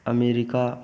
America